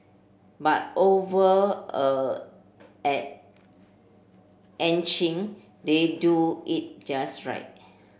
but over a at Ann Chin they do it just right